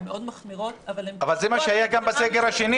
הן מאוד מחמירות אבל הן --- אבל זה מה שהיה גם בסגר השני.